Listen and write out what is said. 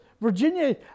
Virginia